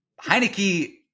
Heineke